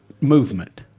movement